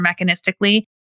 mechanistically